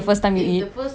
horrible